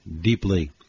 deeply